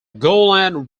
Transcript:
golan